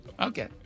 Okay